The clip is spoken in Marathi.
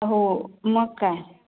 हो मग काय